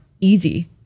easy